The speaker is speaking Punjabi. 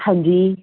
ਹਾਂਜੀ